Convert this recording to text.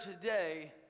today